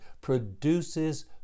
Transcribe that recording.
produces